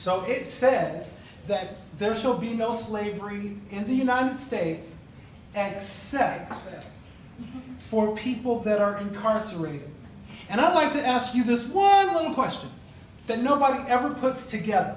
so it said that there shall be no slavery in the united states x x for people that are incarcerated and i'd like to ask you this question that nobody ever puts together